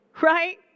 right